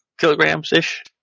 kilograms-ish